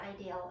ideal